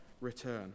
return